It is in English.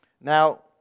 Now